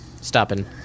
stopping